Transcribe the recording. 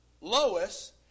Lois